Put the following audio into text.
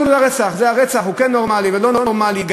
הוא כן נורמלי או לא נורמלי,